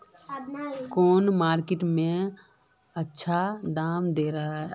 कौन मार्केट में अच्छा दाम दे है?